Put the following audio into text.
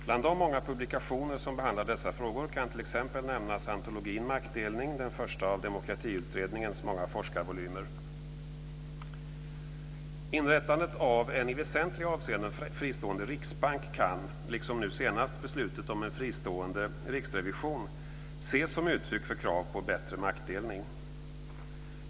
Bland de många publikationer som behandlar dessa frågor kan t.ex. nämnas antologin Maktdelning, den första av Demokratiutredningens många forskarvolymer. Inrättandet av en i väsentliga avseenden fristående riksbank kan, liksom nu senast beslutet om en fristående riksrevision, ses som ett uttryck för krav på en bättre maktdelning.